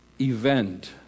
event